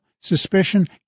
suspicion